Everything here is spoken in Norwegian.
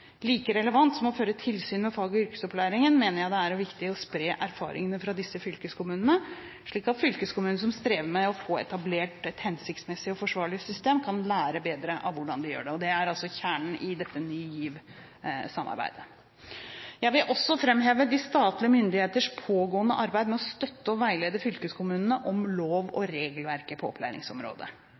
Like relevant som å føre tilsyn med fag- og yrkesopplæringen mener jeg det nå er viktig å spre erfaringene fra disse fylkeskommunene, slik at fylkeskommuner som strever med å få etablert et hensiktsmessig og forsvarlig system, kan lære av hvordan andre har gjort det. Det er altså kjernen i Ny GIV-samarbeidet. Jeg vil også framheve de statlige myndigheters pågående arbeid med å støtte og veilede fylkeskommunene om lov- og regelverket på opplæringsområdet.